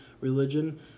religion